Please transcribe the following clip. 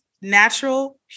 natural